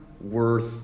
worth